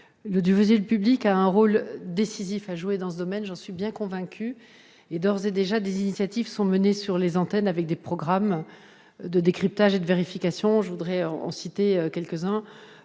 L'audiovisuel public a un rôle décisif à jouer dans ce domaine, j'en suis convaincue. D'ores et déjà, des initiatives sont menées sur les antennes avec des programmes de décryptage et de vérification, par exemple sur